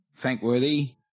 thankworthy